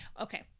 okay